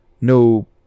no